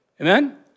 Amen